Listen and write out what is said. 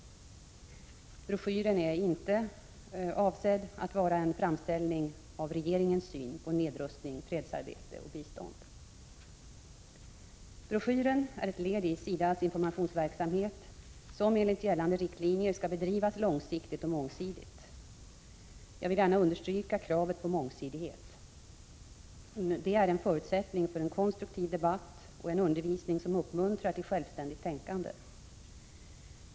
Broschyren är inte avsedd att vara en framställning av regeringens syn på nedrustning, fredsarbete och bistånd. Broschyren är ett led i SIDA:s informationsverksamhet, som enligt gällande riktlinjer skall bedrivas långsiktigt och mångsidigt. Jag vill gärna understryka kravet på mångsidighet. Den är en förutsättning för en konstruktiv debatt och en undervisning som uppmuntrar till självständigt tänkande.